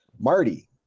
Marty